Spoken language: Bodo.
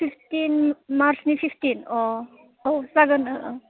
सिक्सटिन मार्चनि सिक्सटिन अ औ जागोन